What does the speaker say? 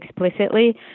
explicitly